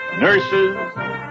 nurses